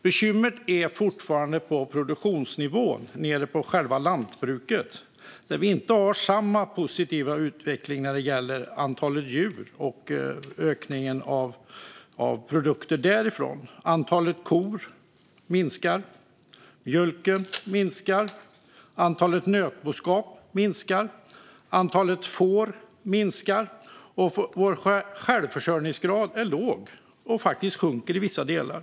Bekymret är fortfarande på produktionsnivå, nere på själva lantbruket, där vi inte har samma positiva utveckling när det gäller antalet djur och ökningen av produkter. Antalet kor minskar, mjölken minskar, antalet nötboskap minskar, antalet får minskar och vår självförsörjningsgrad är låg och sjunker i vissa delar.